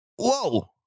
Whoa